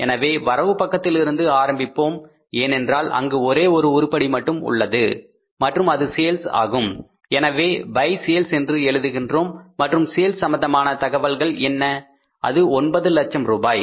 எனவே வரவு பக்கத்தில் இருந்து ஆரம்பிப்போம் ஏனென்றால் அங்கு ஒரே ஒரு உருப்படி மட்டும் உள்ளது மற்றும் அது சேல்ஸ் ஆகும் எனவே பை சேல்ஸ் என்று எழுதுகின்றோம் மற்றும் சேல்ஸ் சம்பந்தமான தகவல்கள் என்ன அது 9 லட்சம் ரூபாய்